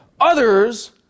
Others